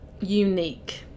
unique